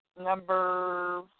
number